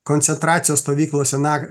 koncentracijos stovyklose na